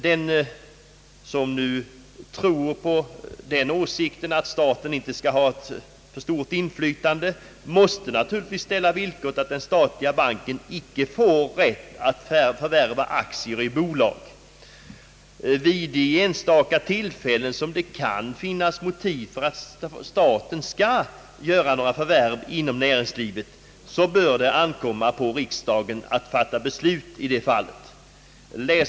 De som hyser den åsikten att staten inte skall ha ett för stort inflytande måste naturligtvis ställa villkoret, att den statliga banken inte får rätt att förvärva aktier i bolag. Vid de enstaka tillfällen som det kan finnas motiv för att staten skall göra några förvärv inom näringslivet bör det ankomma på riksdagen att fatta beslut.